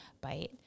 bite